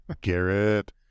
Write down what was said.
Garrett